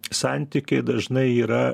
santykiai dažnai yra